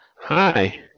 hi